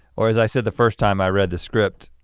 or as i said the first time i read the script,